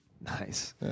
Nice